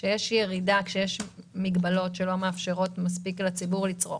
כשיש מגבלות שלא מאפשרות מספיק לציבור לצרוך